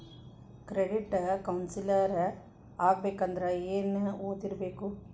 Credit counsellor ಆಗ್ಬೇಕಂದ್ರ ಏನ್ ಓದಿರ್ಬೇಕು?